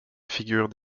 figure